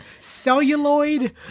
celluloid